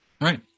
Right